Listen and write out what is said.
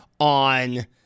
on